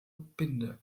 binde